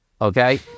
Okay